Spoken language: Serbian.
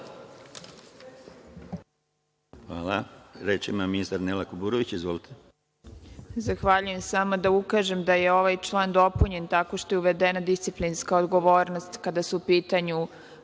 Hvala. Reč ima ministar. **Nela Kuburović** Zahvaljujem. Samo da ukažem da je ovaj član dopunjen tako što je uvedena disciplinska odgovornost kada su u pitanju